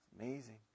Amazing